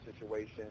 situation